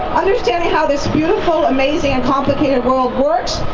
understanding how this beautiful, amazing and complicated world works,